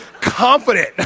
confident